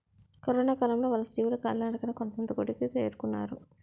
కరొనకాలంలో వలసజీవులు కాలినడకన సొంత గూటికి చేరుకున్నారు